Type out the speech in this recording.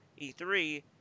E3